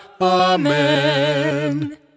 Amen